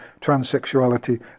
transsexuality